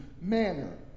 Manner